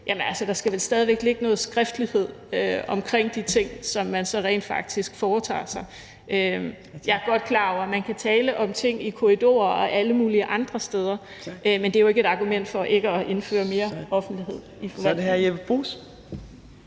sige, at der vel stadig væk skal ligge noget skriftlighed omkring de ting, som man så rent faktisk foretager sig. Jeg er godt klar over, at man kan tale om ting i korridorer og alle mulige andre steder, men det er jo ikke et argument for ikke at indføre mere offentlighed i forvaltningen. Kl.